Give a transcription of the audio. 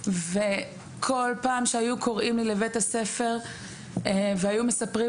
כל פעם שהיו קוראים לי לבית הספר והיו מספרים